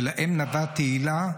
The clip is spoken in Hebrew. ולהם נאווה תהילה,